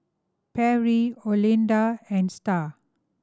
Perry Olinda and Star